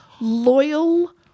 loyal